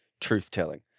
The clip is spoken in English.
truth-telling